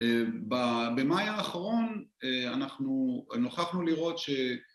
במאי האחרון אנחנו נוכחנו לראות ש...